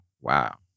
Wow